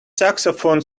saxophone